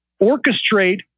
orchestrate